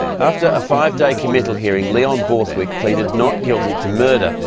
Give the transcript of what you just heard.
after a five-day committal hearing, leon borthwick pleaded not guilty to murder.